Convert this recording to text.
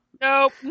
Nope